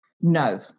No